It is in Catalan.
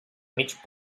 mig